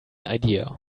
idea